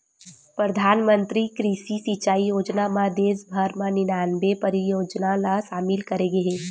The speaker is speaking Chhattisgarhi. परधानमंतरी कृषि सिंचई योजना म देस भर म निनानबे परियोजना ल सामिल करे गे हे